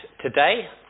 today